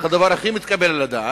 הדבר הכי מתקבל על הדעת.